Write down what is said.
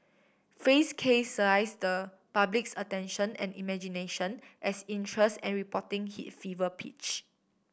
fay's case seized the public's attention and imagination as interest and reporting hit fever pitch